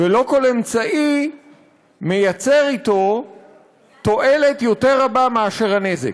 ולא כל אמצעי יוצר אתו תועלת יותר רבה מאשר הנזק.